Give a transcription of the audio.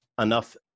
enough